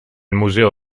museo